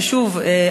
ששוב,